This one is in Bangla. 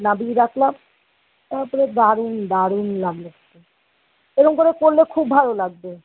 নামিয়ে রাখলাম তাপরে দারুণ দারুণ লাগলো এরম করে করল খুব ভালো লাগবে